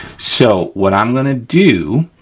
so what i'm gonna do